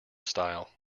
style